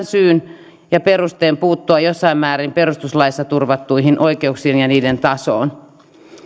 syyn ja perusteen puuttua jossain määrin perustuslaissa turvattuihin oikeuksiin ja niiden tasoon